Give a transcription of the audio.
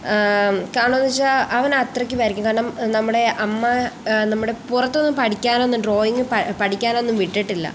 കാരണം എന്നു വച്ചാൽ അവൻ അത്രയ്ക്ക് വരയ്ക്കും കാരണം നമ്മുടെ അമ്മ നമ്മുടെ പുറത്തുനിന്ന് പഠിക്കാനൊന്നും ഡ്രോയിങ്ങ് പഠിക്കാനൊന്നും വിട്ടിട്ടില്ല